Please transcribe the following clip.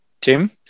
Tim